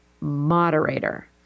moderator